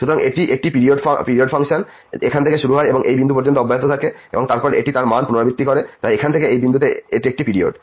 সুতরাং এটি একটি পিরিয়ড ফাংশন এখান থেকে শুরু হয় এবং এই বিন্দু পর্যন্ত অব্যাহত থাকে এবং তারপর এটি তার মান পুনরাবৃত্তি করে তাই এখান থেকে এই বিন্দুতে এটি একটি পিরিয়ড